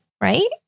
right